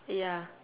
ya